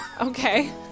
Okay